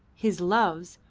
his loves,